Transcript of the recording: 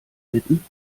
bitten